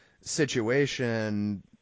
situation